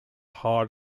hard